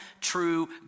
true